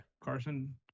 Carson